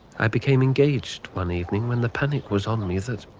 i became engaged one evening when the panic was on me that